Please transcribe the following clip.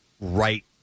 right